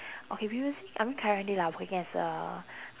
okay previously I mean currently lah working as a